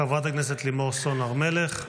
חברת הכנסת לימור סון הר מלך,